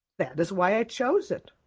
that is why i chose it.